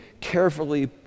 carefully